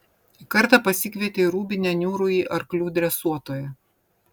kartą pasikvietė į rūbinę niūrųjį arklių dresuotoją